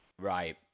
Right